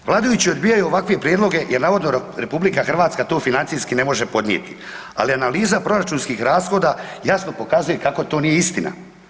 Vladajući odbijaju ovakve prijedloge jer navodno RH to financijski ne može podnijeti, ali analiza proračunskih rashoda jasno pokazuje kako to nije istina.